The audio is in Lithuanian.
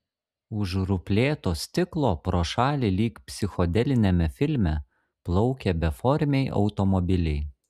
už ruplėto stiklo pro šalį lyg psichodeliniame filme plaukė beformiai automobiliai